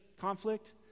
conflict